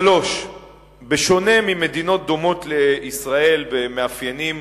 3. בשונה ממדינות דומות לישראל במאפיינים,